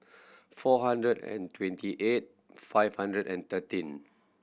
four hundred and twenty eight five hundred and thirteen